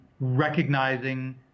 recognizing